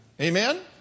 Amen